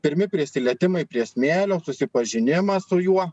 pirmi prisilietimai prie smėlio susipažinimas su juo